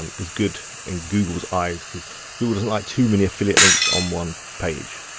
um is good in google's eyes. because google doesn't like too many affiliate links on one page.